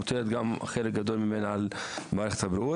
חלק גדול ממנה מוטלת על מערכת הבריאות,